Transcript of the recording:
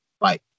Bye